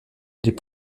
les